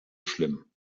schlimm